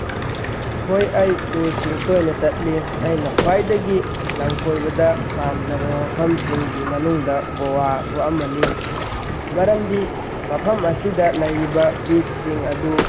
ꯍꯣꯏ ꯑꯩ ꯇꯨꯔꯁꯤꯡ ꯇꯣꯏꯅ ꯆꯠꯂꯤ ꯑꯩꯅ ꯈ꯭ꯋꯥꯏꯗꯒꯤ ꯂꯝꯀꯣꯏꯕꯗ ꯄꯥꯝꯖꯕ ꯃꯐꯝꯁꯤꯡꯒꯤ ꯃꯅꯨꯡꯗ ꯒꯣꯋꯥꯁꯨ ꯑꯃꯅꯤ ꯃꯔꯝꯗꯤ ꯃꯐꯝ ꯑꯁꯤꯗ ꯂꯩꯔꯤꯕ ꯕꯤꯠꯁꯁꯤꯡ ꯑꯗꯨ